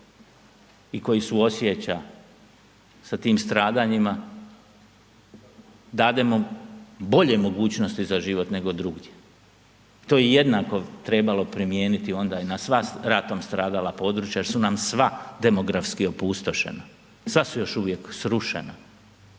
i koji suosjeća sa tim stradanjima dademo bolje mogućnosti za život nego drugdje. To je jednako trebalo primijeniti onda i na sva ratom stradala područja jer su nam sva demografski opustošena. Sad su još uvijek srušena,